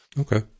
Okay